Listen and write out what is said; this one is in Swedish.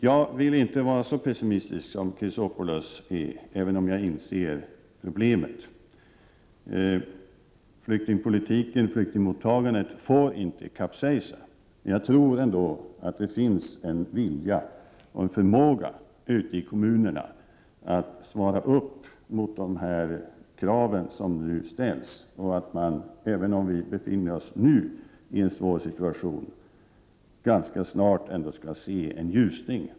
Jag vill inte vara så pessimistisk som Alexander Chrisopoulos är, även om jag inser problemet. Flyktingpolitiken och flyktingmottagandet får inte kapsejsa. Jag tror ändå att det ute i kommunerna finns en vilja och förmåga att uppfylla de krav som nu ställs och att man där, även om situationen är svår, ganska snart skall se en ljusning.